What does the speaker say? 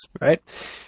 right